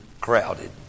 crowded